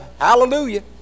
hallelujah